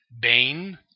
Bane